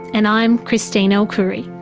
and i'm christine el-khoury